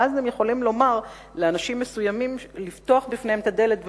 ואז בפני אנשים מסוימים הם יכולים לפתוח את הדלת,